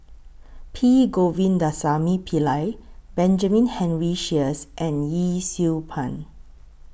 P Govindasamy Pillai Benjamin Henry Sheares and Yee Siew Pun